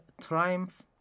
triumph